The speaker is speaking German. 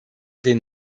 den